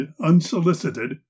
unsolicited